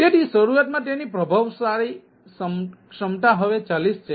તેથી શરૂઆતમાં તેની પ્રભાવશાળી ક્ષમતા હવે 40 છે